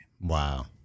Wow